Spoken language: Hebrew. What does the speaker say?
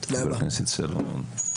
חבר הכנסת סלומון,